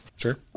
Sure